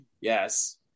yes